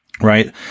Right